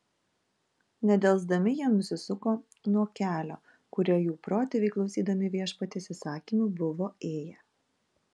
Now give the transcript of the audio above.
nedelsdami jie nusisuko nuo kelio kuriuo jų protėviai klausydami viešpaties įsakymų buvo ėję